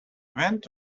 went